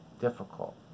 Difficult